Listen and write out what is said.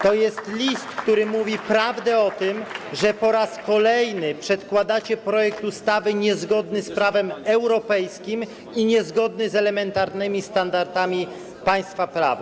To jest list, który mówi prawdę o tym, że po raz kolejny przedkładacie projekt ustawy niezgodny z prawem europejskim i niezgodny z elementarnymi standardami państwa prawa.